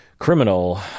Criminal